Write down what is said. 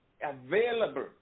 available